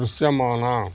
దృశ్యమాన